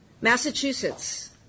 Massachusetts